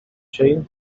jail